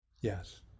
yes